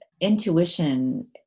intuition